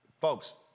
Folks